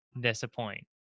disappoint